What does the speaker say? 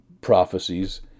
prophecies